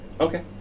Okay